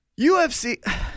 UFC